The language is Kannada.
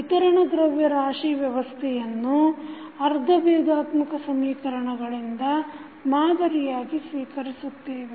ವಿತರಣ ದ್ರವ್ಯರಾಶಿ ವ್ಯವಸ್ಥೆಯನ್ನು ಅರ್ಧಭೇದಾತ್ಮಕ ಸಮೀಕರಣಗಳಿಂದ ಮಾದರಿಯಾಗಿ ಸ್ವೀಕರಿಸುತ್ತೇವೆ